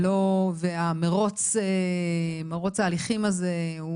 מרוץ ההליכים הזה,